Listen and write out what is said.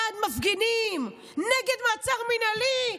בעד מפגינים, נגד מעצר מינהלי.